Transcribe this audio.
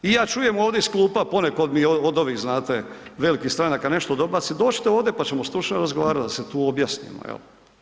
I ja čujem ovdje iz klupa, poneko mi od ovih znate velikih stranaka nešto dobaci, dođite ovdje, pa ćemo stručno razgovarat da se tu objasnimo, jel.